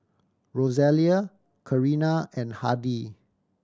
Rosalia Karina and Hardie